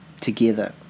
together